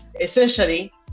essentially